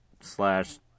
slash